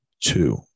two